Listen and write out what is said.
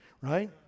right